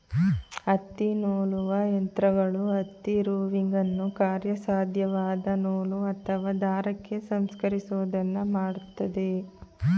ಹತ್ತಿನೂಲುವ ಯಂತ್ರಗಳು ಹತ್ತಿ ರೋವಿಂಗನ್ನು ಕಾರ್ಯಸಾಧ್ಯವಾದ ನೂಲು ಅಥವಾ ದಾರಕ್ಕೆ ಸಂಸ್ಕರಿಸೋದನ್ನ ಮಾಡ್ತದೆ